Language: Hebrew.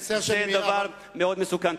זה דבר מאוד מסוכן.